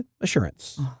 Assurance